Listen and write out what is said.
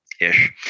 ish